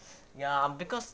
ya because